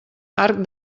arc